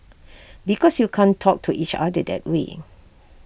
because you can't talk to each other that way